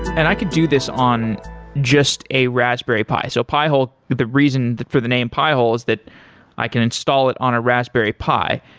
and i could do this on just a raspberry pi. so pi-hole, the reason for the name pi-hole is that i can install it on a raspberry pi.